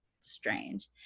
strange